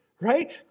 right